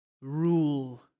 rule